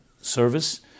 service